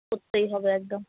পড়তেই হবে একদম